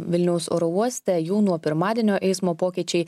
vilniaus oro uoste jau nuo pirmadienio eismo pokyčiai